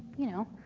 you know,